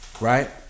Right